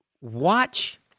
Watch